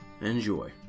Enjoy